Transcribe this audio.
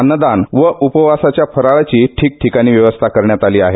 अन्नदान व उपवासाच्या फराळाची ठिकठिकाणी व्यवस्था करण्यात आली आहे